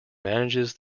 manages